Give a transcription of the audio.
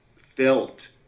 felt